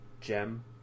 gem